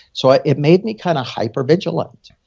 so ah it made me kind of hypervigilant